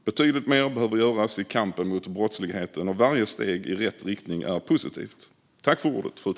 Betydligt mer behöver göras i kampen mot brottsligheten, och varje steg i rätt riktning är positivt.